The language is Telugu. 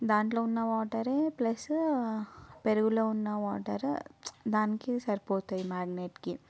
దాంట్లో ఉన్న వాటర్ ప్లస్ పెరుగులో ఉన్న వాటర్ దానికి సరిపోతాయి మ్యారినేట్కి